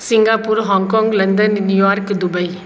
Singapore Hong Kong London New York Dubai